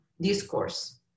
discourse